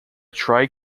tri